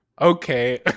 okay